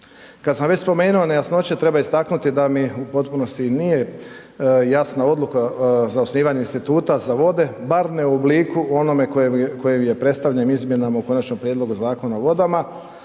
Kad sam već spomenuo nejasnoće treba istaknuti da mi u potpunosti nije jasna odluka za osnivanje instituta za vode, bar ne u obliku onome u kojem je predstavljen izmjenama u konačnom prijedlogu Zakona o vodama,